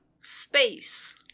Space